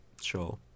sure